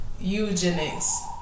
eugenics